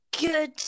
good